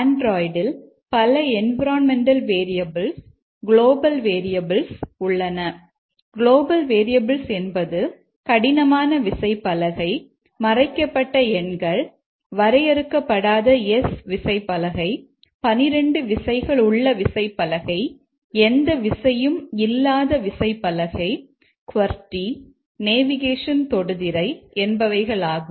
அண்ட்ராய்டில் பல environmental variables விசைப்பலகை 12 விசைகள் உள்ள விசைப்பலகை எந்த விசையும் இல்லாத விசைப்பலகை குவெர்டி நேவிகேஷன் தொடுதிரை என்பவைகளாகும்